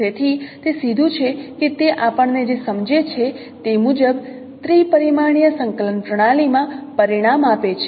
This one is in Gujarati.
તેથી તે સીધું છે કે તે આપણને જે સમજે છે તે મુજબ ત્રિ પરિમાણીય સંકલન પ્રણાલી માં પરિણામ આપે છે